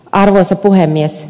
arvoisa puhemies